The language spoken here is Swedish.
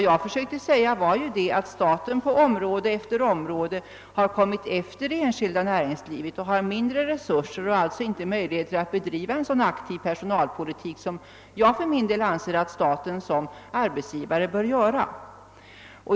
Jag försökte emellertid framhålla att staten på område efter område kommit efter det enskilda näringslivet och har mindre resurser och alltså inte möjligheter att bedriva en så aktiv personalpolitik som staten enligt min mening som arbetsgivare bör driva.